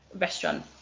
restaurant